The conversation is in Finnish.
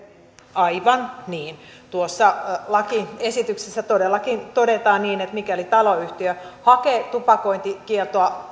aivan niin tuossa lakiesityksessä todellakin todetaan niin että mikäli taloyhtiö hakee tupakointikieltoa